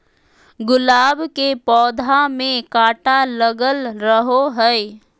गुलाब के पौधा में काटा लगल रहो हय